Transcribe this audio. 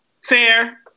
Fair